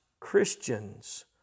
Christians